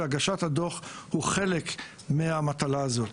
והגשת הדוח היא חלק מהמטלה הזאת.